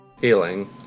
healing